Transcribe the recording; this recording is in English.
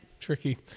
Tricky